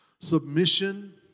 submission